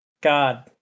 god